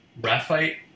Rafite